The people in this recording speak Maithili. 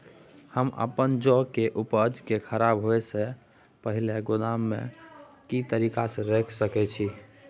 हम अपन जौ के उपज के खराब होय सो पहिले गोदाम में के तरीका से रैख सके छी?